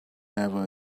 never